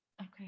Okay